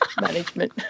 Management